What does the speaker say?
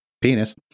penis